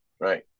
Right